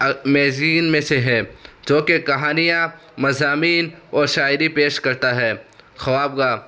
میزین میں سے ہے جو کہ کہانیاں مضامین اور شاعری پیش کرتا ہے خوابگاہ